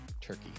turkey